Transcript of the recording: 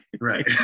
Right